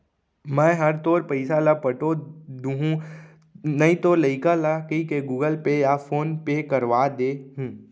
मैं हर तोर पइसा ल पठो दुहूँ नइतो लइका ल कइके गूगल पे या फोन पे करवा दे हूँ